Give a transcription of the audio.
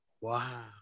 Wow